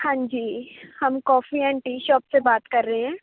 ਹਾਂਜੀ ਹਮ coffee and tea shop ਸੇ ਬਾਤ ਕਰ ਰਹੇ ਹੈ